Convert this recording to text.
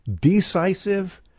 decisive